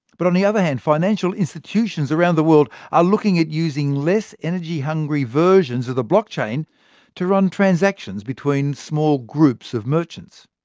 but on the other hand, financial institutions around the world are looking at using less energy-hungry versions of the blockchain to run transactions between small groups of merchants.